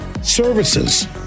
services